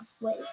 Wait